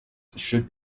should